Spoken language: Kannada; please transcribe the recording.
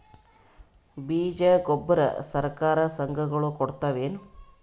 ಬೀಜ ಗೊಬ್ಬರ ಸರಕಾರ, ಸಂಘ ಗಳು ಕೊಡುತಾವೇನು?